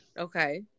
okay